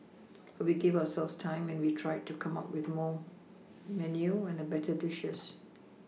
but we gave ourselves time and we tried to come up with more menu and a better dishes